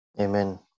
Amen